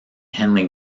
henley